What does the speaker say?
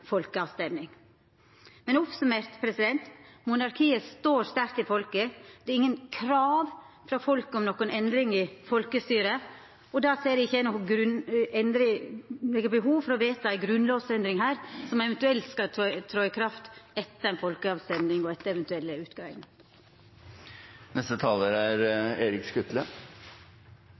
Monarkiet står sterkt i folket. Det er ingen krav frå folket om nokon endring av styreform, og då ser eg ikkje noko behov for å vedta ei grunnlovsendring her, som eventuelt skal tre i kraft etter ei folkerøysting og etter eventuelle